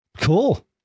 Cool